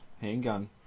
handgun